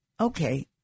okay